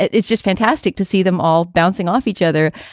it's just fantastic to see them all bouncing off each other.